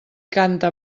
canta